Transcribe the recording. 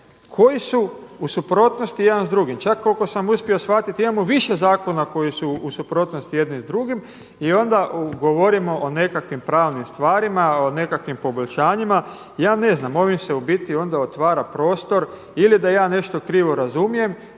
koji su u suprotnosti jedan s drugim. Čak koliko sam uspio shvatiti imamo više zakona koji su u suprotnosti jedni s drugim i onda govorimo o nekakvim pravnim stvarima, o nekakvim poboljšanjima. Ja ne znam, ovim se u biti onda otvara prostor ili da ja nešto krivo razumijem